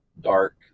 dark